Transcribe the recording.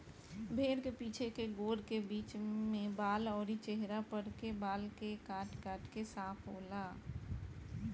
भेड़ के पीछे के गोड़ के बीच में बाल अउरी चेहरा पर के बाल के काट काट के साफ होला